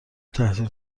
تحصیل